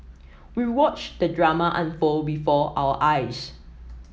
we watched the drama unfold before our eyes